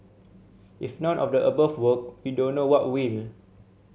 if none of the above work we don't know what will